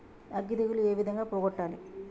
అగ్గి తెగులు ఏ విధంగా పోగొట్టాలి?